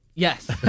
Yes